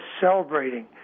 celebrating